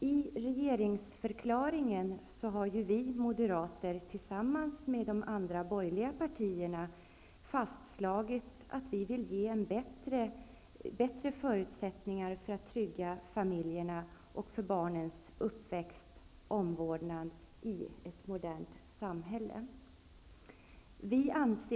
I regeringsförklaringen har vi Moderater tillsammans med övriga borgerliga partier fastlagit att vi vill ge bättre förutsättningar för att familjerna, barnens uppväxt och omvårdnaden i ett modernt samhälle skall kunna tryggas.